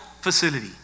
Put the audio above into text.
facility